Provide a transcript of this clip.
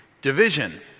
division